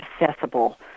accessible